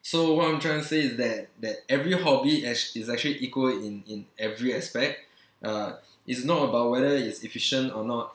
so what I'm trying to say is that that every hobby ac~ is actually equal in in every aspect uh it's not about whether it's efficient or not